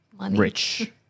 rich